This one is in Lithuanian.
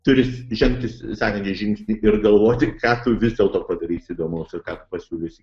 turi žengti sekantį žingsnį ir galvoti ką tu vis dėlto padarysi įdomaus ką tu pasiūlysi